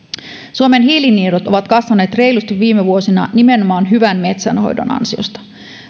suomen hiilinielut ovat kasvaneet reilusti viime vuosina nimenomaan hyvän metsänhoidon ansiosta